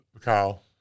Kyle